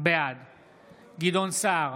בעד גדעון סער,